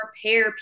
prepare